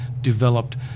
developed